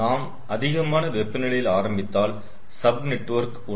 நாம் அதிகமான வெப்பநிலையில் ஆரம்பித்தால் சப் நெட்வொர்க் 1